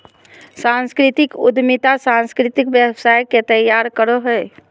सांस्कृतिक उद्यमिता सांस्कृतिक व्यवसाय के तैयार करो हय